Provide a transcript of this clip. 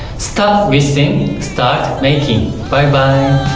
stop wishing, start making! bye bye!